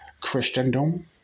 Christendom